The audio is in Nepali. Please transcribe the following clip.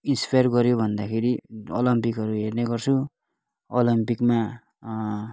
इन्सपाइर गऱ्यो भन्दाखेरि ओलम्पिकहरू हेर्ने गर्छु ओलम्पिकमा